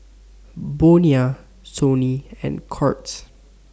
Bonia Sony and Courts